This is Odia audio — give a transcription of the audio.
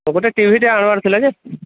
ଗୋଟେ ଟିଭିଟେ ଆଣିବାର ଥିଲା ଯେ